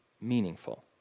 meaningful